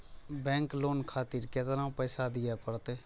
Bank loan खातीर केतना पैसा दीये परतें?